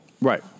Right